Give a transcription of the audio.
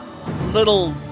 little